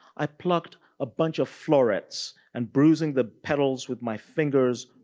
i plucked a bunch of florets and bruising the petals with my fingers,